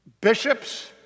bishops